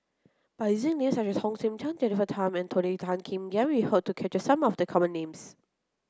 by names such as Hong Sek Chern Jennifer Tham and Tony Tan Keng Yam we hope to capture some of the common names